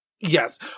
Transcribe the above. Yes